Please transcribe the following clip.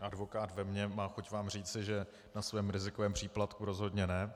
Advokát ve mně má chuť vám říci, že na svém rizikovém příplatku rozhodně ne.